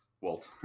Walt